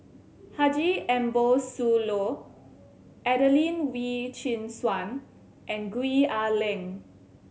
Haji Ambo Sooloh Adelene Wee Chin Suan and Gwee Ah Leng